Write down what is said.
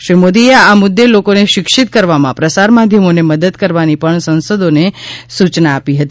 શ્રી મોદીએ આ મુદ્દે લોકોને શિક્ષિત કરવામાં પ્રસાર માધ્યમોને મદદ કરવાની પણ સાંસદોને સુચના આપી હતી